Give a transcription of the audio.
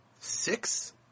six